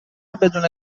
بدون